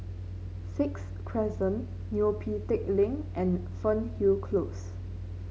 Sixth Crescent Neo Pee Teck Lane and Fernhill Close